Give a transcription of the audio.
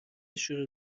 شروع